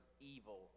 evil